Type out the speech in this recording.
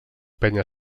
penya